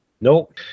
Nope